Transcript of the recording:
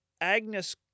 Agnes